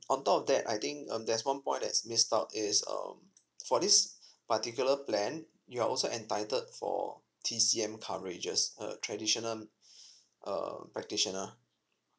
on top of that I think um there's one point that's missed out is um for this particular plan you're also entitled for T_C_M coverages uh traditional err practitioner